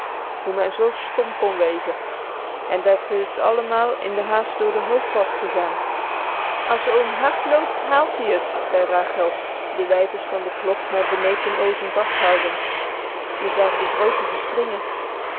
hoe men zoo stom kon wezen en dat ze t allemaal in de haast door d'r hoofd was gegaan as oom hard loopt haalt ie t zei rachel de wijzers van de klok met benepen oogen vasthoudend je zag de groote